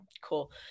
Cool